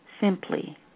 simply